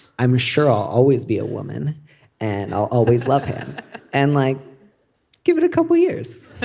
i'm sure i'll always be a woman and i'll always love him and like give it a couple of years